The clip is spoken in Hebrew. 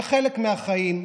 זה חלק מהחיים,